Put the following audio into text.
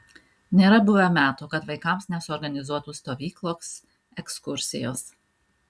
nėra buvę metų kad vaikams nesuorganizuotų stovyklos ekskursijos